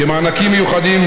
כמענקים מיוחדים,